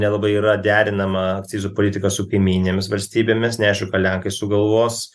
nelabai yra derinama akcizų politika su kaimynėmis valstybėmis neaišku ką lenkai sugalvos